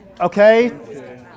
Okay